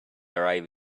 arrive